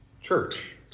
Church